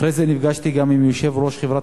אחרי זה נפגשתי גם עם יושב-ראש חברת